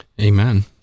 Amen